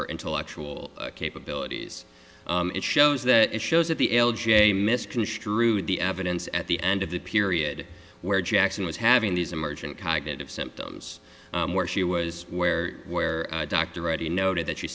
her intellectual capabilities it shows that it shows that the l g a misconstrued the evidence at the end of the period where jackson was having these emergent cognitive symptoms where she was where where a doctor already noted that you